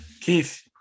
Keith